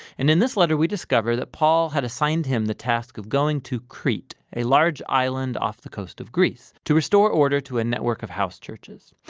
and in this letter we discover that paul had assigned him the task of going to crete, a large island off the coast of greece to restore order to a network of house churches.